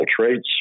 traits